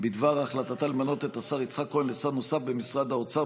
בדבר ההחלטה למנות את השר יצחק כהן לשר נוסף במשרד האוצר,